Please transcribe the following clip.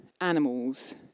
animals